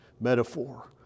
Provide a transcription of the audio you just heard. metaphor